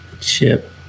chip